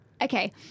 Okay